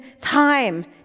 time